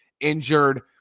injured